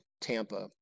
Tampa